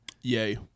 Yay